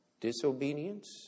disobedience